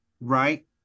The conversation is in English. right